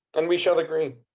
and we shall agree.